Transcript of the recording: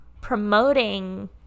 promoting